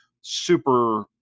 Super